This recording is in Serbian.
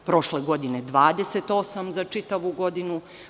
Prošle godine 28 za čitavu godinu.